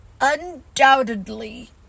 Undoubtedly